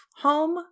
home